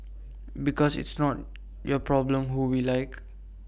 because it's not your problem who we like